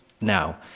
now